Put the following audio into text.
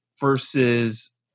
versus